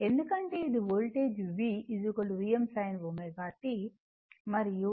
ఎందుకంటే ఇది voltage V Vm sin ω t మరియు ఇది